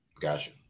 Gotcha